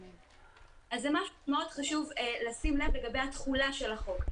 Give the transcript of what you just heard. --- זה משהו מאוד חשוב לשים לב לגבי התחולה של החוק.